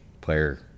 player